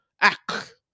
act